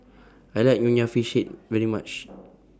I like Nonya Fish Head very much